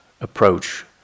approach